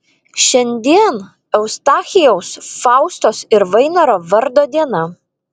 šiandien eustachijaus faustos ir vainoro vardo diena